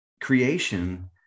Creation